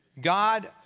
God